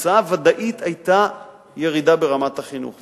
התוצאה הוודאית היתה ירידה ברמת החינוך.